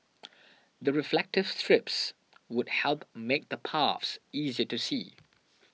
the reflective strips would help make the paths easier to see